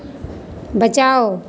बचाओ